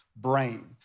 brain